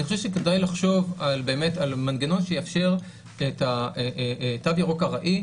אני חושב שכדאי לחשוב על באמת מנגנון שיאפשר את התו ירוק ארעי,